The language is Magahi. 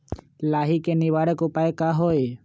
लाही के निवारक उपाय का होई?